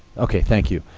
ok, thank you.